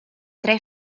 tre